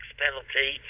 penalty